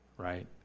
Right